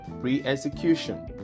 Pre-execution